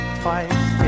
twice